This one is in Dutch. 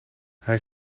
hij